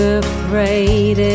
afraid